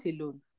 alone